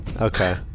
Okay